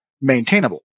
maintainable